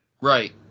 right